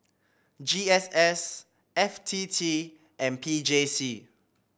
G S S F T T and P J C